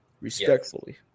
Respectfully